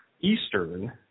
Eastern